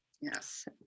Yes